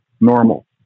normal